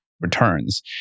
returns